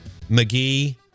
McGee